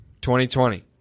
2020